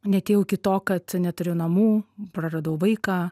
neatėjau iki to kad neturiu namų praradau vaiką